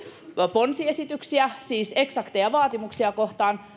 ponsiesityksiä siis eksakteja vaatimuksia kohtaan